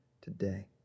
today